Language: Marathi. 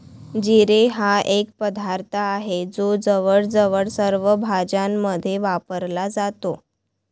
जिरे हा एक पदार्थ आहे जो जवळजवळ सर्व भाज्यांमध्ये वापरला जातो